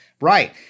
Right